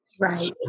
Right